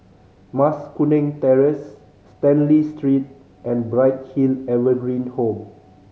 Mas Kuning Terrace Stanley Street and Bright Hill Evergreen Home